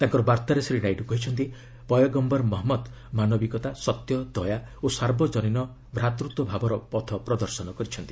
ତାଙ୍କର ବାର୍ତ୍ତାରେ ଶ୍ରୀ ନାଇଡ଼ କହିଛନ୍ତି ପୟଗମ୍ଭର ମହମ୍ମଦ ମାନବିକତା ସତ୍ୟ ଦୟା ଓ ସାର୍ବଜନୀନ ଭ୍ରାତୃତ୍ୱ ଭାବର ପଥ ପ୍ରଦର୍ଶନ କରିଛନ୍ତି